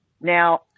Now